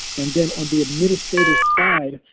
and then on the administrator's side,